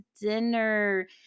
dinner